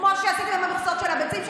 כמו שעשיתם עם המכסות של הביצים,